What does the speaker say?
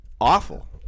awful